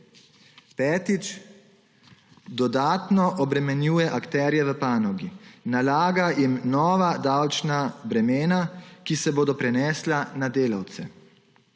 Petič, dodatno obremenjuje akterje v panogi. Nalaga jim nova davčna bremena, ki se bodo prenesla na delavce.